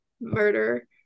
murder